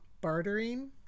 bartering